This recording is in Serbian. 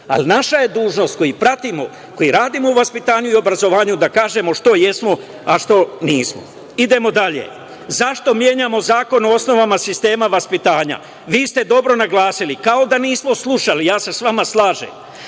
ali naša je dužnost, koji pratimo i koji radimo u vaspitanju i obrazovanju, da kažemo šta jesmo a šta nismo. Idemo dalje.Zašto menjamo Zakon o osnovama sistema vaspitanja? Vi ste dobro naglasili, kao da nismo slušali. Ja se sa vama slažem.